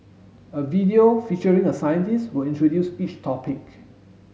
a video featuring a scientist will introduce each topic